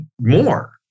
more